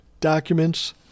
documents